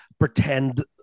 pretend